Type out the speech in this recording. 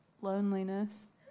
Loneliness